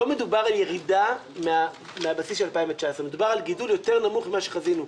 לא מדובר על ירידה מהבסיס של 2019. מדובר על גידול יותר נמוך ממה שחווינו.